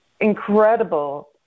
incredible